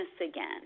again